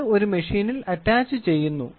ഇത് ഒരു മെഷീനിൽ അറ്റാച്ചുചെയ്യുന്നു